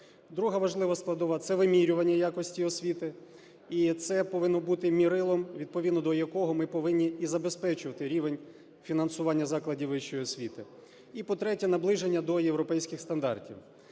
Друга важлива складова – це вимірювання якості освіти, і це повинно бути мірилом, відповідно до якого ми повинні і забезпечувати рівень фінансування закладів вищої освіти. І, по-третє, наближення до європейських стандартів.